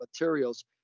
materials